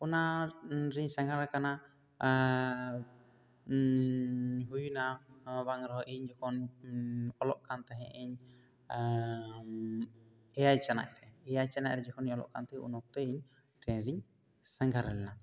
ᱚᱱᱟ ᱨᱤᱧ ᱥᱟᱸᱜᱷᱟᱨ ᱟᱠᱟᱱᱟ ᱟᱨ ᱦᱩᱭ ᱮᱱᱟ ᱱᱚᱣᱟ ᱵᱟᱝ ᱨᱮᱦᱚᱸ ᱤᱧ ᱵᱟᱝ ᱚᱞᱚᱜ ᱠᱟᱱ ᱛᱟᱦᱮᱱᱟᱹᱧ ᱮᱭᱟᱭ ᱪᱟᱱᱟᱪ ᱨᱮ ᱮᱭᱟᱭ ᱪᱟᱱᱟᱪ ᱨᱮ ᱡᱚᱠᱷᱚᱱ ᱤᱧ ᱚᱞᱚᱜ ᱠᱟᱱ ᱛᱟᱦᱮᱱ ᱩᱱ ᱚᱠᱛᱚ ᱤᱧ ᱴᱨᱮᱱ ᱨᱤᱧ ᱥᱟᱸᱜᱷᱟᱨ ᱞᱮᱱᱟ